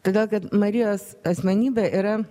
todėl kad marijos asmenybė yra